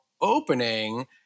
opening